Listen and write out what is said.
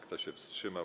Kto się wstrzymał?